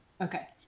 Okay